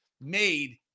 made